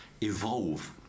evolve